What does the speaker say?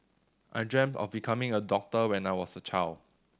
I dreamt of becoming a doctor when I was a child